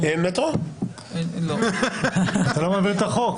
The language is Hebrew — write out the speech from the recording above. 10. בסעיף 16א לחוק העיקרי,